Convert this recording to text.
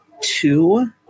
two